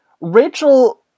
Rachel